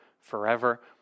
forever